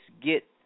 get